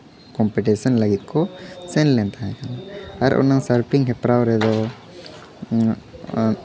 competition ᱞᱟᱹᱜᱤᱫ ᱠᱚ ᱥᱮᱱ ᱞᱮᱱ ᱛᱟᱦᱮᱸ ᱠᱟᱱᱟ ᱟᱨ ᱚᱱᱟ ᱥᱟᱨᱯᱤᱧ ᱦᱮᱯᱨᱟᱣ ᱨᱮᱫᱚ